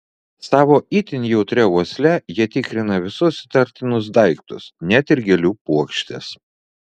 savo itin jautria uosle jie tikrina visus įtartinus daiktus net ir gėlių puokštes